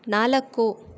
ನಾಲ್ಕು